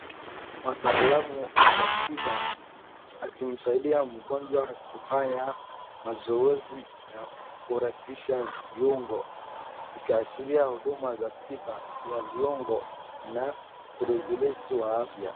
Wataalamu wa tiba akimsaidia mgonjwa kufanya mazoezi ya kurebisha viungo. Ikiashiria huduma za tiba ya viungo na urejeleshi wa afya.